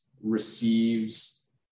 receives